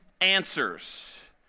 answers